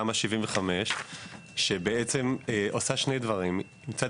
תמ"א/ 75 שבעצם עושה שני דברים: מצד